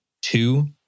two